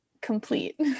complete